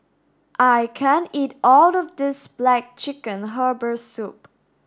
I can't eat all of this black chicken herbal soup